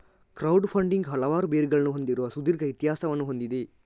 crowd funding ಹಲವಾರು ಬೇರುಗಳನ್ನು ಹೊಂದಿರುವ ಸುದೀರ್ಘ ಇತಿಹಾಸವನ್ನು ಹೊಂದಿದೆ